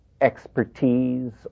expertise